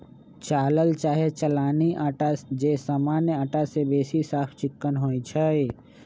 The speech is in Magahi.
चालल चाहे चलानी अटा जे सामान्य अटा से बेशी साफ चिक्कन होइ छइ